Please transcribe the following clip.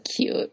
cute